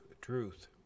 truth